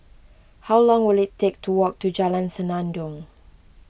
how long will it take to walk to Jalan Senandong